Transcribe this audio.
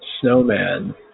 Snowman